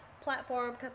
platform